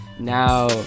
now